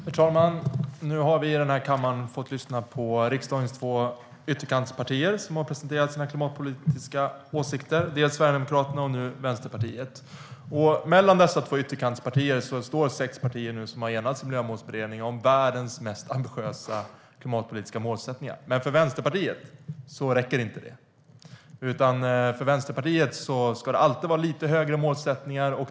Herr talman! Nu har vi i kammaren fått lyssna på riksdagens två ytterkantspartier som har presenterat sina klimatpolitiska åsikter, först Sverigedemokraterna och nu Vänsterpartiet. Mellan dessa två ytterkantspartier står nu sex partier som har enats i Miljömålsberedningen om världens mest ambitiösa klimatpolitiska målsättningar. Men för Vänsterpartiet räcker inte det. För Vänsterpartiet ska det alltid vara lite högre målsättningar.